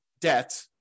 debt